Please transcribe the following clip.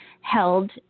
held